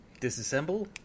Disassemble